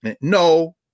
No